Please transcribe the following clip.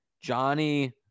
Johnny